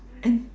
and